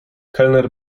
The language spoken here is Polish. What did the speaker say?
kelner